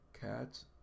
Cats